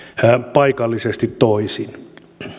paikallisesti toisin